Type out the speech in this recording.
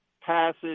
passage